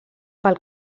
pel